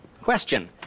Question